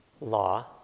law